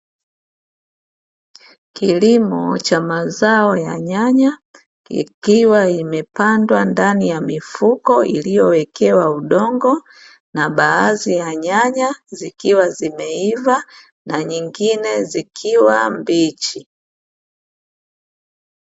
Kilimo cha mazao ya nyanya, ikiwa imepandwa ndani ya mifuko iliyowekewa udongo na baadhi ya nyanya zikiwa zimeiva na nyingine zikiwa mbichi.